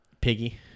piggy